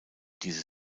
diese